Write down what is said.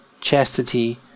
chastity